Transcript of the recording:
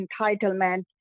entitlement